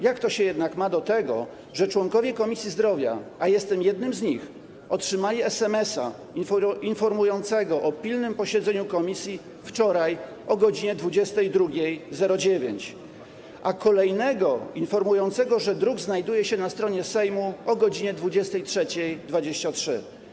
Jak to się jednak ma do tego, że członkowie Komisji Zdrowia, a jestem jednym z nich, otrzymali SMS-a informującego o pilnym posiedzeniu komisji wczoraj o godz. 22.09, a kolejnego informującego, że druk znajduje się na stronie Sejmu - o godz. 23.23?